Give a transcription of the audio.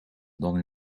dan